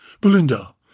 Belinda